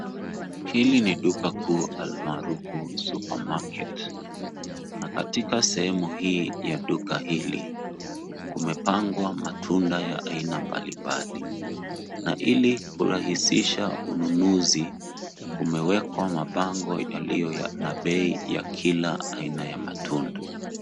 Hili ni duka kuu almaarufu supermarket na katika sehemu hii ya duka hili, kumepangwa matunda ya aina mbalimbali na ili kurahisisha ununuzi, kumewekwa mabango yaliyo na bei ya kila aina ya matunda.